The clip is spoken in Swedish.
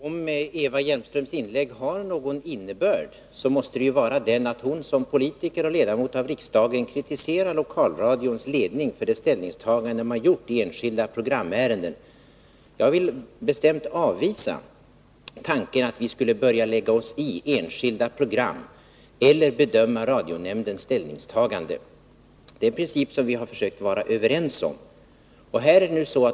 Herr talman! Om Eva Hjelmströms inlägg har någon innebörd, måste det vara den, att hon som politiker och ledamot av riksdagen kritiserar lokalradions ledning för dess ställningstaganden i enskilda programärenden. Jag vill bestämt avvisa tanken att vi skulle börja lägga oss i enskilda program eller bedöma radionämndens ställningstaganden. Det är en princip som vi har försökt vara överens om.